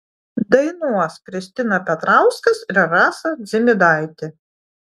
dainuos kristina petrauskas ir rasa dzimidaitė